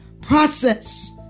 process